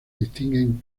distinguen